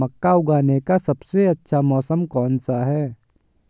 मक्का उगाने का सबसे अच्छा मौसम कौनसा है?